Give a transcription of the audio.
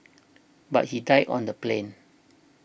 but he died on the plane